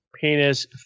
Penis